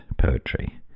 poetry